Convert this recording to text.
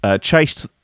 chased